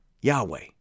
Yahweh